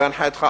בהנחייתך,